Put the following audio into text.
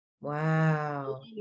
wow